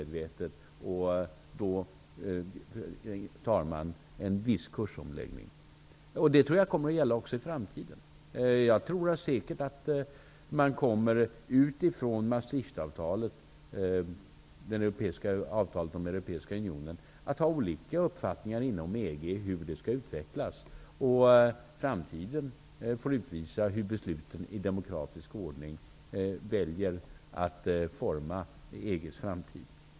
Då har man kunnat göra en viss kursomläggning. Jag tror att detta kommer att gälla också i framtiden. Jag tror att man säkerligen utifrån Maastrichtavtalet, avtalet om den europeiska unionen, inom EG kommer fram till olika uppfattningar om den fortsatta utvecklingen. Framtiden får utvisa hur man genom beslut i demokratisk ordning väljer att forma EG:s framtid.